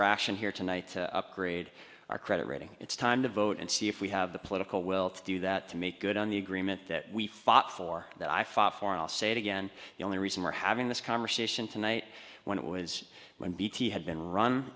ration here tonight to upgrade our credit rating it's time to vote and see if we have the political will to do that to make good on the agreement that we fought for that i fought for and i'll say it again the only reason we're having this conversation tonight when it was when bt had been run